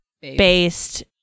based